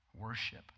Worship